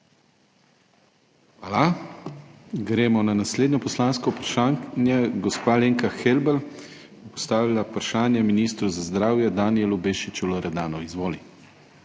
Hvala. Gremo na naslednje poslansko vprašanje. Gospa Alenka Helbl bo postavila vprašanje ministru za zdravje, Danijelu Bešiču Loredanu. Izvolite.